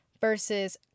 versus